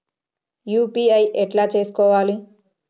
UPI ఎట్లా చేసుకోవాలి?